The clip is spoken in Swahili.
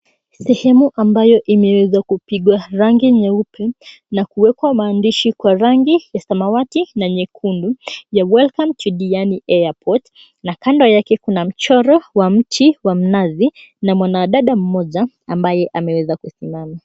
Sehemu ambayo imeweza kupigwa rangi nyeupe na kuwekwa maandishi kwa rangi ya samawati na nyekundu ya WELCOME TO DIANI AIRPORT na kando yake kuna mchoro wa mti wa mnazi na mwanadada mmoja ambaye ameweza kusimama.